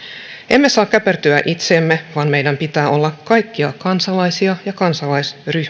emme saa käpertyä itseemme vaan meidän pitää olla kaikkia kansalaisia ja kansalaisryhmiä